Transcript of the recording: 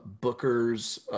Booker's